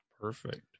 Perfect